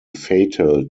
fatal